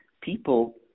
people